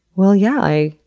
well, yeah.